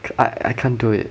k~ I can't do it